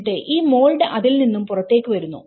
എന്നിട്ട് ഈ മോൾഡ്സ് അതിൽ നിന്നും പുറത്തേക്ക് വരുന്നു